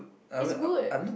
it's good